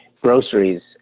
groceries